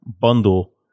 bundle